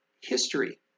history